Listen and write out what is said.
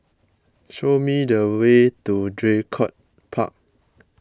show me the way to Draycott Park